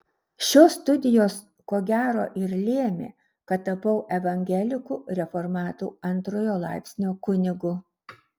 šios studijos ko gero ir lėmė kad tapau evangelikų reformatų antrojo laipsnio kunigu